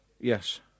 Yes